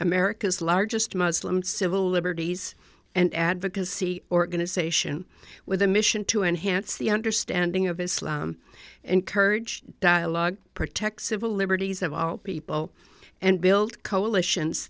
america's largest muslim civil liberties and advocacy organization with a mission to enhance the understanding of islam encourage dialogue protect civil liberties of all people and build coalitions